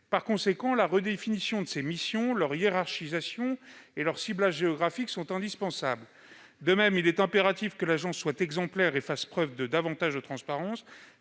Par conséquent, la redéfinition de ses missions, leur hiérarchisation et leur ciblage géographique sont indispensables. De même, il est impératif que l'Agence soit exemplaire et fasse preuve de davantage de transparence,